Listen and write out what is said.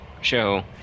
show